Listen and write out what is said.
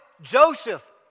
Joseph